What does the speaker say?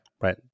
Right